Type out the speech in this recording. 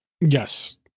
Yes